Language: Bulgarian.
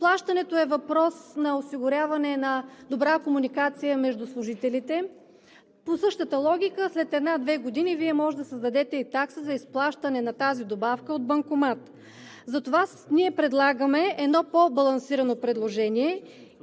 Изплащането е въпрос на осигуряване на добра комуникация между служителите, а по същата логика след една-две години може да създадете и такса за изплащане на тази добавка от банкомат. Затова ние предлагаме едно по-балансирано предложение,